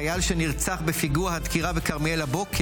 הישיבה הבאה תתקיים ביום שני ב' בתמוז התשפ"ד,